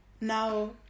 Now